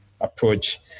approach